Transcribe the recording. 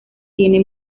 tiene